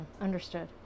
Understood